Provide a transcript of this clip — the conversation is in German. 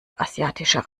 asiatischer